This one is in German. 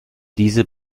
diese